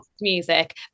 music